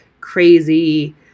crazy